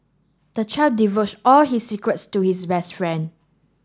the child divulged all his secrets to his best friend